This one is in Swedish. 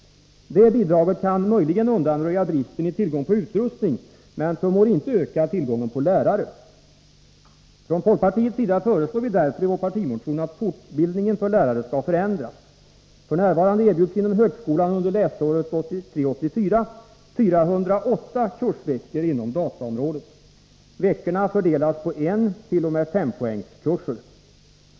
Det bidraget kan möjligen undanröja bristen i tillgång på utrustning men förmår inte öka tillgången på lärare. Från folkpartiets sida föreslår vi därför i vår partimotion att fortbildningen för lärare skall förändras. F. n. erbjuds inom högskolan 408 kursveckor inom dataområdet under läsåret 1983/84. Veckorna fördelas på 1-poängs-t.o.m. 5S-poängskurser.